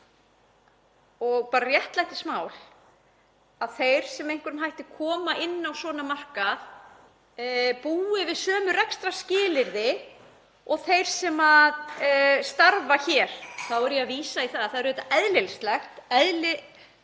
og bara réttlætismál að þeir sem með einhverjum hætti koma inn á svona markað búi við sömu rekstrarskilyrði og þeir sem starfa hér. Þá er ég að vísa í að það er auðvitað eðlilegt